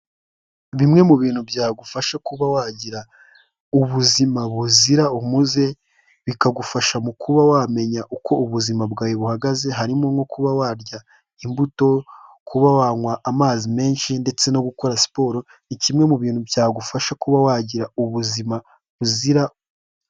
Bimwe mu bintu byagufasha kuba wagira ubuzima buzira umuze, bikagufasha mu kuba wamenya uko ubuzima bwawe buhagaze, harimo nko kuba warya imbuto, kuba wanywa amazi menshi ndetse no gukora siporo, ni kimwe mu bintu byagufasha kuba wagira ubuzima buzira.